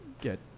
get